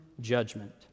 judgment